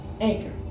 Anchor